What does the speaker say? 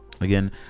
Again